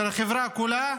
של החברה כולה,